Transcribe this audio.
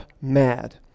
mad